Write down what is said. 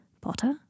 Potter